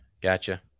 Gotcha